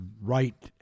right